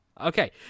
Okay